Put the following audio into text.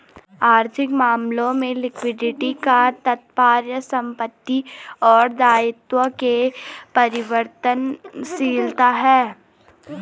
आर्थिक मामलों में लिक्विडिटी का तात्पर्य संपत्ति और दायित्व के परिवर्तनशीलता से है